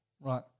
Right